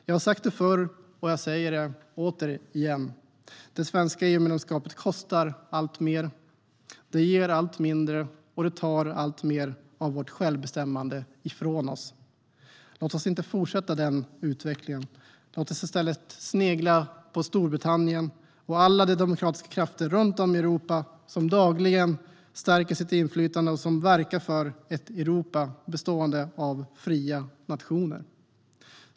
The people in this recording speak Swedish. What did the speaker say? Jag har sagt det förr och säger det återigen: Det svenska EU-medlemskapet kostar allt mer, det ger allt mindre, och det tar alltmer av vårt självbestämmande ifrån oss. Låt oss inte fortsätta den utvecklingen! Låt oss i stället snegla på Storbritannien och alla de demokratiska krafter runt om i Europa som dagligen stärker sitt inflytande och som verkar för ett Europa bestående av fria nationer!